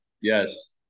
Yes